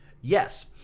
yes